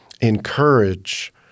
encourage